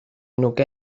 nuke